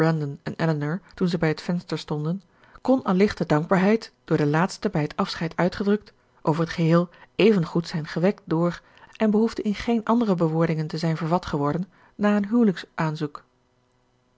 en elinor toen zij bij het venster stonden kon allicht de dankbaarheid door de laatste bij het afscheid uitgedrukt over t geheel evengoed zijn gewekt door en behoefde in geen andere bewoordingen te zijn vervat geworden na een